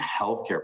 healthcare